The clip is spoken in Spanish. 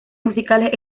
musicales